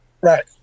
Right